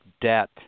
debt